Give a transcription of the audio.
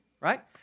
right